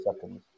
seconds